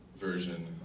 version